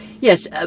yes